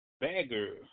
Bagger